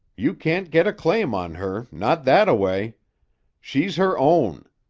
you can't get a claim on her, not thataway. she's her own.